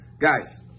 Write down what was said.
guys